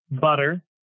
butter